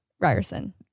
Ryerson